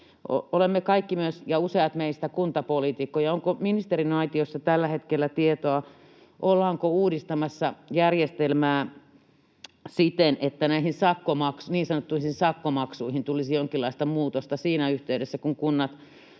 Useat meistä ovat myös kuntapoliitikkoja. Onko ministeriaitiossa tällä hetkellä tietoa, ollaanko uudistamassa järjestelmää siten, että näihin niin sanottuihin sakkomaksuihin tulisi jonkinlaista muutosta siinä yhteydessä, kun kunnat